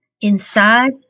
inside